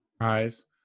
guys